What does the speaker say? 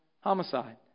homicide